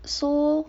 so